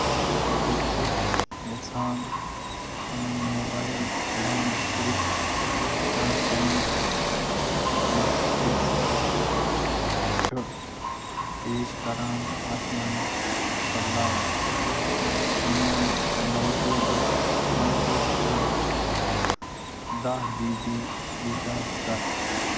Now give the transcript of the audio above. بہٕ چھُس یژھان پنُن موبایِل پُلان صِرف ٹاک ٹایم یس ایرسیل چھ پیش کَران اتھ منٛز بدلاوٕنۍ میٛون موجوٗدٕ منصوٗبہٕ چھُ دہ جی بی ریچارچ کَرٕ